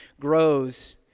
grows